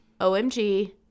omg